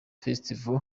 festival